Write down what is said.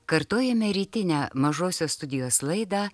kartojame rytinę mažosios studijos laidą